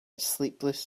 sleepless